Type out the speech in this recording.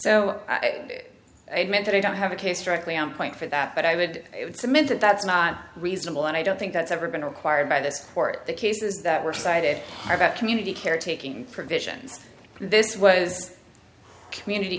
so it meant that i don't have a case directly on point for that but i would submit that that's not reasonable and i don't think that's ever going to required by this court the cases that were cited are about community caretaking provisions this was community